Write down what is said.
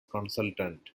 consultant